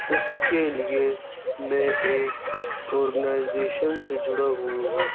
اس کے لیے میں ایک آرگنائزیشن سے جڑا ہوا ہوں